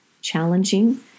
challenging